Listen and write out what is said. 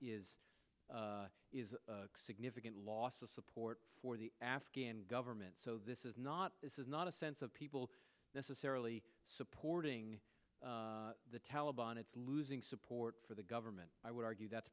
is is a significant loss of support for the afghan government so this is not this is not a sense of people necessarily supporting the taliban it's losing support for the government i would argue that